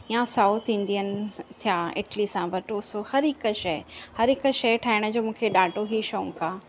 या South Indians थिया इडली सांभर ढोसो हर हिकु शइ हर हिकु शइ ठाहिण जो मूंखे ॾाढो ई शौक़ु आहे